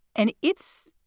and it's